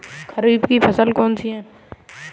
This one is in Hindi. खरीफ की फसल कौन सी है?